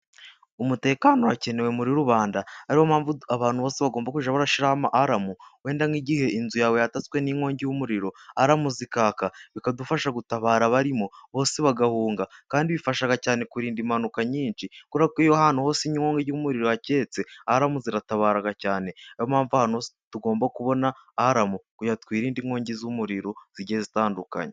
Umutekano urakenewe muri rubanda. Ariyo mpamvu abantu bose bagomba kujya bashyiraho ama Aramu, wenda nk'igihe inzu yawe y'ataswe n'inkongi y'umuriro Aramu zikaka bikadufasha gutabara abarimo, bose bagahunga. Kandi bifasha cyane kurinda impanuka nyinshi, kubera iyo ahantu hose inkongi y'umuriro ihaketse Aramu ziratabara cyane, ariyo mpamvu ahantu tugomba kubona Aramu kugira twirinde inkongi z'umuriro zigiye zitandukanye.